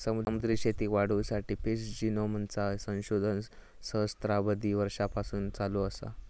समुद्री शेतीक वाढवुसाठी फिश जिनोमचा संशोधन सहस्त्राबधी वर्षांपासून चालू असा